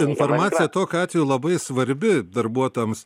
informacija tokiu atveju labai svarbi darbuotojams